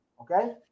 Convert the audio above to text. Okay